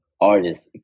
artist